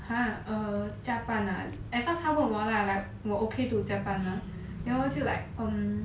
err 加班 ah at first 他问我 lah like 我 okay to 加班 mah then 我就 like um